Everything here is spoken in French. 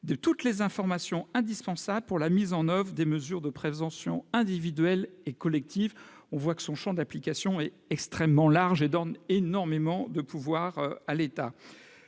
de toutes les informations indispensables pour la mise en oeuvre des mesures de prévention individuelle et collective. On voit que son champ d'application est extrêmement large et qu'il donne énormément de pouvoirs à l'État.